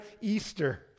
Easter